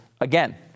Again